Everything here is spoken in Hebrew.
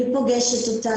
אני פוגשת אותה.